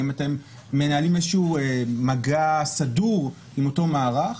האם אתם מנהלים איזשהו מגע סדור עם אותו מערך?